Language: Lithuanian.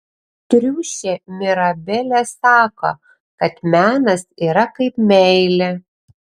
triušė mirabelė sako kad menas yra kaip meilė